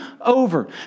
over